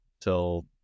till